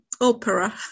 opera